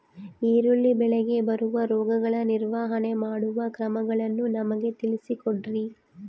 ಈರುಳ್ಳಿ ಬೆಳೆಗೆ ಬರುವ ರೋಗಗಳ ನಿರ್ವಹಣೆ ಮಾಡುವ ಕ್ರಮಗಳನ್ನು ನಮಗೆ ತಿಳಿಸಿ ಕೊಡ್ರಿ?